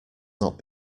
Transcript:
not